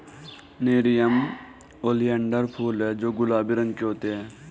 nerium oleander फूल हैं जो गुलाबी रंग के होते हैं